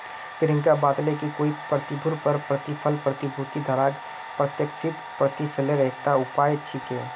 प्रियंका बताले कि कोई प्रतिभूतिर पर प्रतिफल प्रतिभूति धारकक प्रत्याशित प्रतिफलेर एकता उपाय छिके